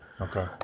Okay